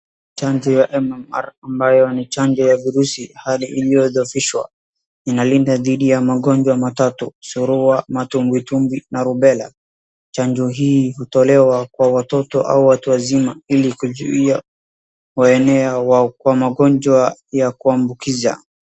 Chanjo ya M-M-R ambayo ni chanjo ya virusi hali iliyodhohofishwa inalinda dhidi ya magonjwa matatu suruwa, matumbwitumbwi na rubela. Chanjo hii hutolewa kwa watoto au watu wazima ili kuzuia kuenea kwa magonjwa ya kuambukiza.